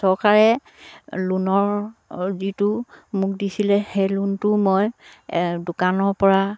চৰকাৰে লোনৰ যিটো মোক দিছিলে সেই লোনটো মই দোকানৰ পৰা